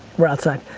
we're outside.